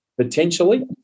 Potentially